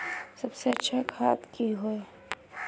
सबसे अच्छा खाद की होय?